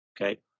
Okay